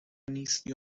نیستی